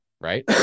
right